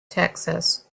texas